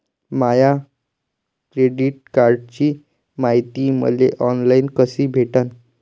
माया credit कार्डची मायती मले ऑनलाईन कसी भेटन?